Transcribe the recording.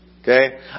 Okay